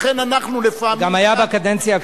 לכן אנחנו לפעמים, זה גם היה בקדנציה הקודמת.